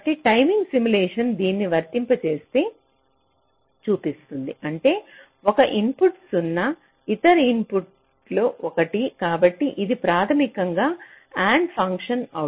కాబట్టి timing simulation దీన్ని వర్తింపజేస్తే చూపిస్తుంది అంటే ఒక ఇన్పుట్ 0 ఇతర ఇన్పుట్ 1 కాబట్టి ఇది ప్రాథమికంగా AND ఫంక్షన్